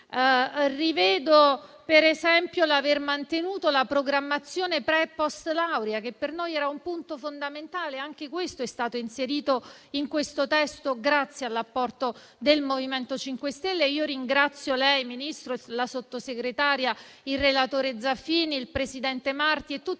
Rivedo per esempio l'aver mantenuto la programmazione pre e postlaurea, che per noi era un punto fondamentale, inserito nel testo grazie all'apporto del MoVimento 5 Stelle. Ringrazio lei, Ministro, la Sottosegretaria, il relatore Zaffini, il presidente Marti e tutti i